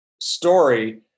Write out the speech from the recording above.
story